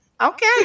Okay